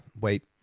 wait